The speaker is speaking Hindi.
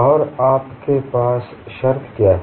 और आपके पास शर्त क्या है